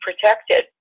protected